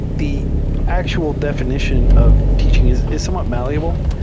the actual definition of teaching is is somewhat malleable.